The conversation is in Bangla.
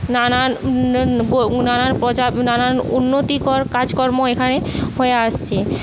নানান নানান প্রজা নানান উন্নতিকর কাজকর্ম এখানে হয়ে আসছে